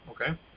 Okay